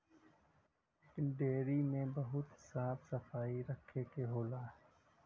dairy में बहुत साफ सफाई रखे के होला